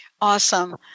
Awesome